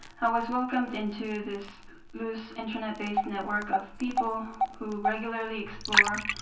i was welcomed into this loose, internet-based network of people who regularly explore